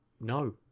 no